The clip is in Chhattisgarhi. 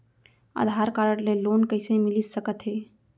आधार कारड ले लोन कइसे मिलिस सकत हे?